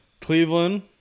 Cleveland